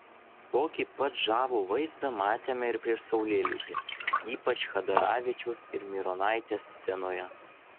tokį pat žavų vaizdą matėme ir prieš saulėlydį ypač chadaravičiaus ir mironaitės scenoje